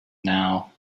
now